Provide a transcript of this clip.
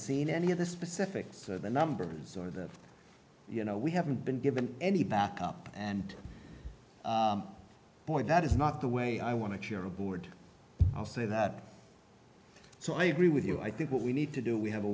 seen any of the specifics so the numbers are that you know we haven't been given any backup and boy that is not the way i want to chair a board i'll say that so i agree with you i think what we need to do we have a